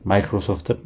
Microsoft